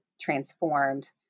transformed